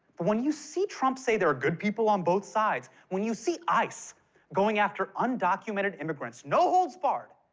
but when you see trump say there are good people on both sides, when you see ice going after undocumented immigrants, no-holds-barred,